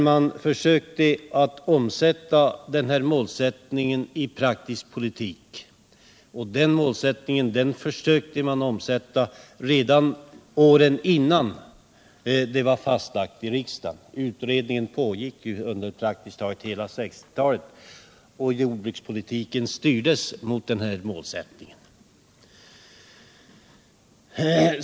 Man försökte att förverkliga målen i praktisk politik redan innan de var fastlagda i riksdagen. Utredningen pågick ju under praktiskt taget hela 1960-talet, och jordbrukspolitiken hade den här inriktningen.